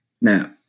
Now